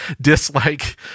dislike